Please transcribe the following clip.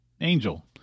Angel